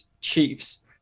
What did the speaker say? Chiefs